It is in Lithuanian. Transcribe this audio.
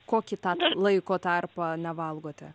kokį tą laiko tarpą nevalgote